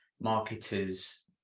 marketers